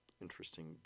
Interesting